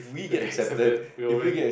to get accepted we will win